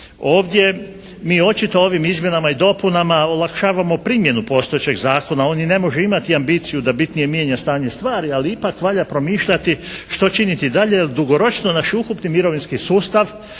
Ovdje mi očito ovim izmjenama i dopunama olakšavamo primjenu postojećeg zakona, on i ne može imati ambiciju da bitnije mijenja stanje stvari, ali ipak valja promišljati što činiti dalje, jer dugoročno naš ukupni mirovinski sustav